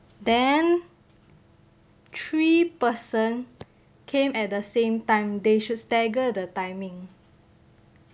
then three person came at the same time they should stagger the timing